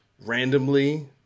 randomly